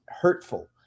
hurtful